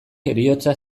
heriotza